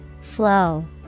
Flow